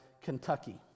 Kentucky